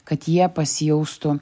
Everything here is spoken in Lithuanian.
kad jie pasijaustų